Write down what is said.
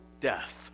death